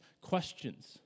questions